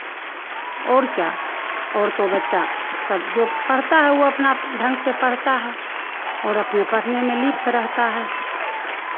और क्या और तो बच्चा सब जो पढ़ता है वो अपना ढंग से पढ़ता है और अपने पढ़ने में लिप्त रहता है